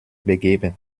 begeben